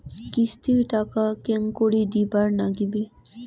কিস্তির টাকা কেঙ্গকরি দিবার নাগীবে?